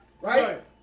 right